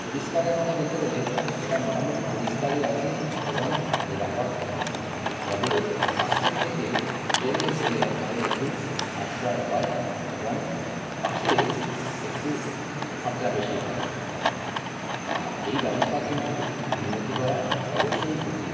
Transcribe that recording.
পরিষ্কারের কথা বলতে গেলে এটা মোটামুটি পরিষ্কারই আছে এবং নিরাপদ আছে তবে বাসের থেকে ট্রেনে গেলে আমাদের একটু সাশ্রয় হয় এবং বাসে একটু খরচা বেশি হয় আর এই ব্যবস্থার কিন্তু উন্নতি করা অবশ্যই উচিত